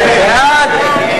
מי בעד?